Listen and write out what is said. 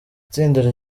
itsinda